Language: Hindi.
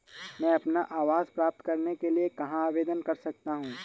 मैं अपना आवास प्राप्त करने के लिए कहाँ आवेदन कर सकता हूँ?